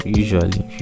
usually